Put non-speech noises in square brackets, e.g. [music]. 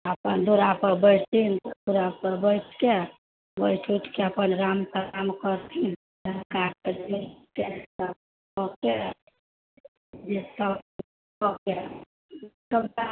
अपन दूरा पर बैठथिन दूरा पर बैठके बैठ उठिके अपन आराम ताराम करथिन [unintelligible]